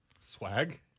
Swag